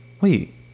wait